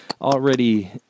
already